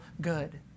good